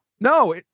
No